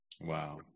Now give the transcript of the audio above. Wow